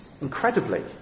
Incredibly